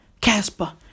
Casper